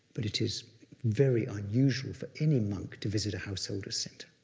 but it is very unusual for any monk to visit a household or center.